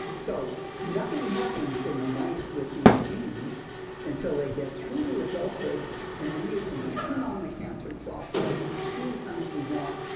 so nothing happens in the mice with these genes until they get through to adulthood and then you can turn on the cancer process any time you want,